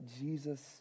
Jesus